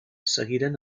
seguiren